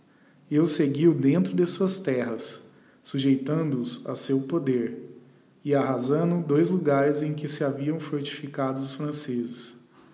os seguiu dentro de suas terras sujeitando os a seu poder e arrasando dois logares em que se haviam fortificado os franceses